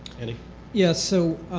and ah yeah, so